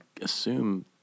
assume